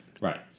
Right